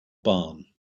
barn